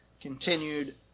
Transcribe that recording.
continued